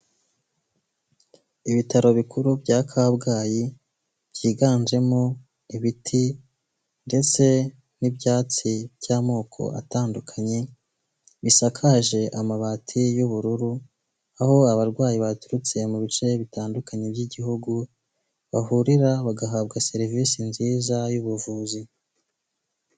Ibitaro bikuru bya kabgayi byiganjemo ibiti ndetse n'ibyatsi by'amoko atandukanye bisakaje amabati y'ubururu aho abarwayi baturutse mu bice bitandukanye by'igihugu bahurira bagahabwa serivisi nziza y'ubuvuzi.